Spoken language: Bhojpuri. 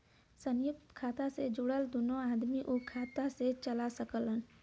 संयुक्त खाता मे जुड़ल दुन्नो आदमी उ खाता के चला सकलन